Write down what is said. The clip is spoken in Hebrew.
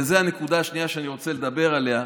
וזאת הנקודה השנייה שאני רוצה לדבר עליה,